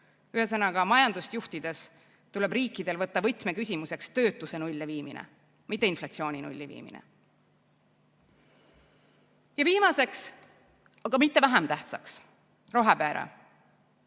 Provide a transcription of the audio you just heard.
Ühesõnaga, majandust juhtides tuleb riikidel võtta võtmeküsimuseks töötuse nulli viimine, mitte inflatsiooni nulli viimine. Ja viimasena, aga mitte vähem tähtsana: rohepööre.